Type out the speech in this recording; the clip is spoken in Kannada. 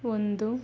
ಒಂದು